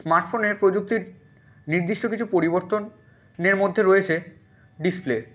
স্মার্টফোনের প্রযুক্তির নির্দিষ্ট কিছু পরিবর্তননের মধ্যে রয়েছে ডিসপ্লে